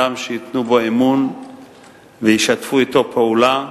אדם שייתנו בו אמון וישתפו אתו פעולה,